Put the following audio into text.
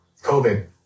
COVID